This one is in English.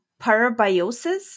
parabiosis